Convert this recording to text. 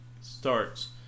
starts